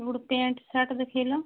ଗୋଟେ pant shirt ଦେଖାଇଲ